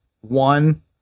One